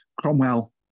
Cromwell